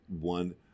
one